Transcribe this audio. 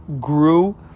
grew